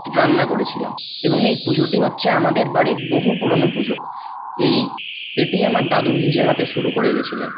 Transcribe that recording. রান্না করেছিলাম এবং এই পুজোটি হচ্ছে আমাদের বাড়ির বহু পুরোনো পুজো এই এটি আমার দাদু নিজে হাতে শুরু করে গেছিলেন